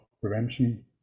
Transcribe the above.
prevention